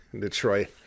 Detroit